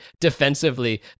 defensively